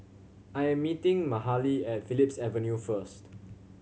I am meeting Mahalie at Phillips Avenue first